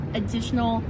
additional